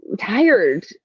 tired